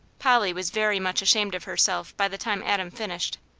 polly was very much ashamed of herself by the time adam finished.